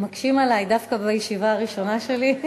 אתם מקשים עלי דווקא בישיבה הראשונה שלי?